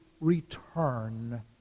return